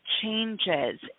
changes